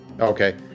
Okay